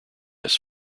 this